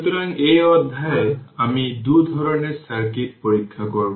সুতরাং এই অধ্যায়ে আমি 2 ধরণের সার্কিট পরীক্ষা করব